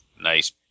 nice